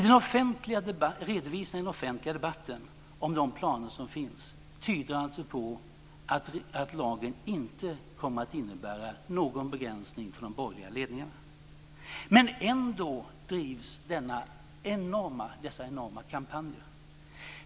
Den offentliga redovisningen och den offentliga debatten om de planer som finns tyder alltså på att lagen inte kommer att innebära någon begränsning för de borgerliga ledningarna. Men ändå drivs dessa enorma kampanjer.